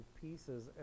pieces